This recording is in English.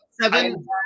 seven